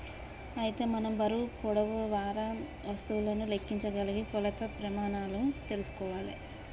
అయితే మనం బరువు పొడవు వారా వస్తువులను లెక్కించగలిగిన కొలత ప్రెమానాలు తెల్సుకోవాలే